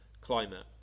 climate